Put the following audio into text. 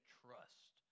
trust